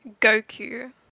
Goku